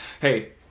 hey